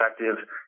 effective